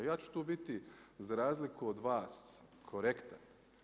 Ja ću tu biti za razliku od vas korektan.